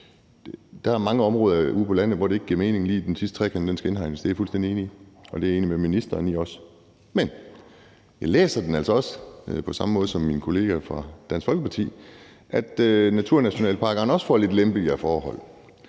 Der er mange områder ude på landet, hvor det ikke giver mening lige at indhegne den sidste trekant, det er jeg fuldstændig enig i, og det er jeg også enig med ministeren i. Men jeg læser det altså også på samme måde som min kollega fra Dansk Folkeparti, nemlig at naturnationalparkerne også får lidt lempeligere forhold,